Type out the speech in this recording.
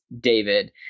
David